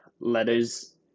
letters